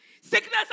Sickness